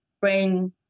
brain